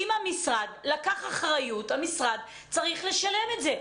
אם המשרד לקח אחריות המשרד צריך לשלם את זה.